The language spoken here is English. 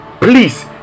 Please